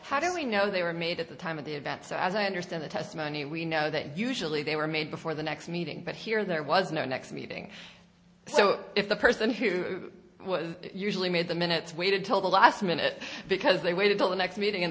how do we know they were made at the time of the event so as i understand the testimony we know that usually they were made before the next meeting but here there was no next meeting so if the person who was usually made the minutes waited till the last minute because they waited till the next meeting and